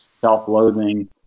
self-loathing